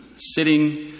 Sitting